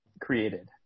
created